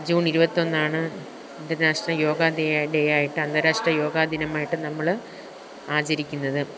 June ഇരുപത്തൊന്നാണ് international yoga ദേയ day ആയിട്ട് അന്താരാഷ്ട്ര യോഗാ ദിനമായിട്ട് നമ്മൾ ആചരിക്കുന്നത്